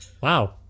Wow